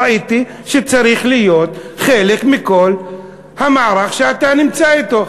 ראיתי שצריך להיות חלק מכל המערך שאתה נמצא אתו,